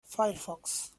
firefox